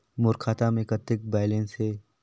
मोर खाता मे कतेक बैलेंस हे?